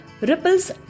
Ripples